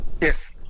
Yes